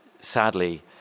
sadly